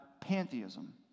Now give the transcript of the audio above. pantheism